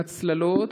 הצללות,